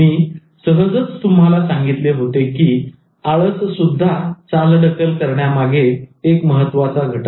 मी सहजच तुम्हाला सांगितले होते की आळस सुद्धा चालढकल करण्यामागे एक महत्त्वाचा घटक आहे